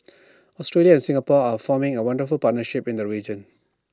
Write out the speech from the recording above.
Australia and Singapore are forming A wonderful partnership in the region